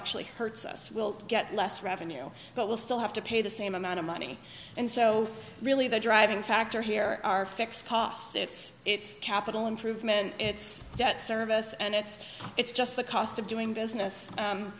actually hurts us we'll get less revenue but we'll still have to pay the same amount of money and so really the driving factor here are fixed costs it's its capital improvement and it's debt service and it's it's just the cost of doing business